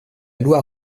loi